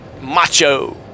Macho